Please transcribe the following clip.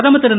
பிரதமர் திரு